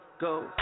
Go